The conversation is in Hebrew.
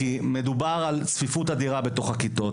כי מדובר על צפיפות הדירה בתוך הכיתות,